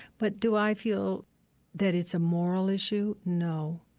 but do i feel that it's a moral issue? no.